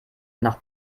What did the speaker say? nach